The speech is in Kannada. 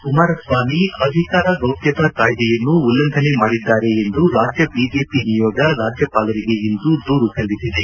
ಕುಮಾರಸ್ವಾಮಿ ಅಧಿಕಾರ ಗೌಪ್ಯತಾ ಕಾಯ್ದೆಯನ್ನು ಉಲ್ಲಂಘನೆ ಮಾಡಿದ್ದಾರೆ ಎಂದು ರಾಜ್ವ ಬಿಜೆಪಿ ನಿಯೋಗ ರಾಜ್ವಪಾಲರಿಗೆ ಇಂದು ದೂರು ಸಲ್ಲಿಸಿದೆ